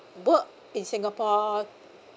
work in singapore